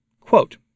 Quote